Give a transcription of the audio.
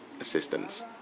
assistance